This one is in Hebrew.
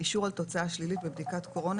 "אישור על תוצאה שלילית בבדיקת קורונה